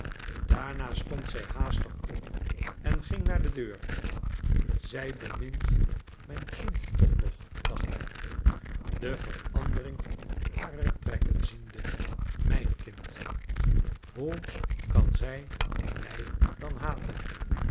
daarna stond zij haastig op en ging naar de deur zij bemint mijn kind toch nog dacht hij de verandering harer trekken ziende mijn kind hoe kan zij mij dan haten